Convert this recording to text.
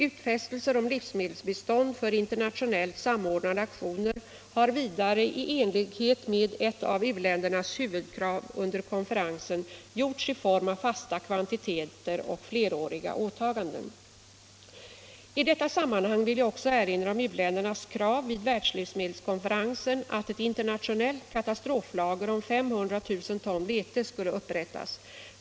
Utfästelser om livsmedelsbistånd för internationellt samordnade aktioner har vidare — i enlighet med ett av u-ländernas huvudkrav under konferensen — gjorts i form av fasta kvantiteter och fleråriga åtaganden. I detta sammanhang vill jag också erinra om u-ländernas krav vid världslivsmedelskonferensen att ett internationellt katastroflager om 500 000 ton vete skulle upprättas.